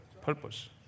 purpose